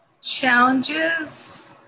challenges